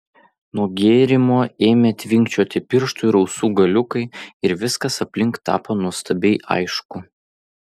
nuo gėrimo ėmė tvinkčioti pirštų ir ausų galiukai ir viskas aplink tapo nuostabiai aišku